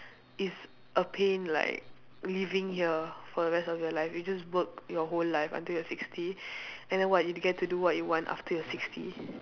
it's a pain like living here for the rest of your life you just work your whole life until you are sixty and then what you get to do what you want after you're sixty